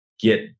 get